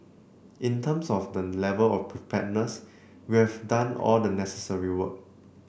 in terms of the level of preparedness we have done all the necessary work